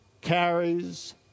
carries